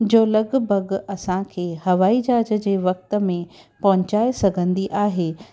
जो लॻभॻि असांखे हवाई जहाज जे वक़्त में पहुचाए सघंदी आहे